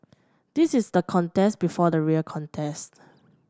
this is the contest before the real contest